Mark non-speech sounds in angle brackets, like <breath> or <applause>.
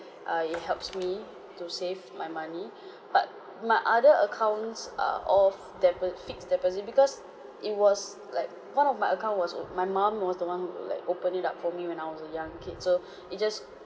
err it helps me to save my money <breath> but my other accounts are of depo~ fixed deposit because it was like one of my account was o~ my mom was the one who like opened it up for me when I was a young kid so <breath> it just